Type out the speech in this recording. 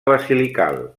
basilical